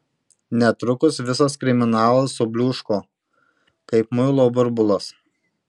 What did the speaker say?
netrukus visas kriminalas subliūško kaip muilo burbulas